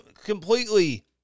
completely